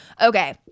Okay